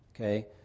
Okay